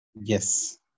Yes